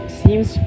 seems